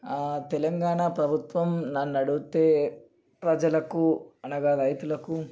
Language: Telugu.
ఆ తెలంగాణ ప్రభుత్వం నన్ను అడిగితే ప్రజలకు అనగా రైతులకు